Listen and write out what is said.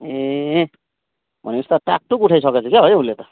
ए भने पछि त टाकटुक उठाइ सकेछ क्या हो है उसले त